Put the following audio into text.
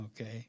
okay